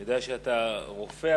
אני יודע שאתה רופא,